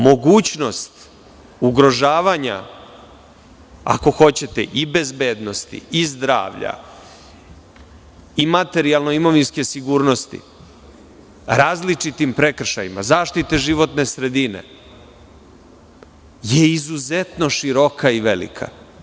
Mogućnost ugrožavanja, ako hoćete i bezbednosti, zdravlja i materijalno-imovinske sigurnosti različitim prekršajima, zaštita životne sredine je izuzetno široka i velika.